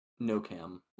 NoCam